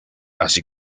así